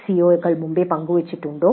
"സിഒകൾ മുമ്പേ പങ്കുവെച്ചിട്ടുണ്ടോ